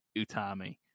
Utami